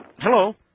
Hello